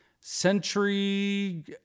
Century